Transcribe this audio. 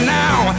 now